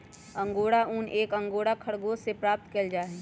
angora ऊन एक angora खरगोश से प्राप्त कइल जाहई